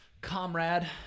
comrade